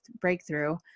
breakthrough